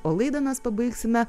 o laidą mes pabaigsime